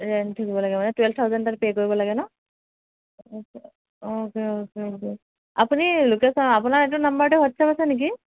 ৰেণ্টটো দিব লাগে মানে টুৱেল্ভ থাউজেণ্ড এটা পে কৰিব লাগে ন অ'কে অ'কে অ'কে অ'কে আপুনি লোকেশ্বন আপোনাৰ এইটো নম্বৰতে হোৱাটচএপ আছে নেকি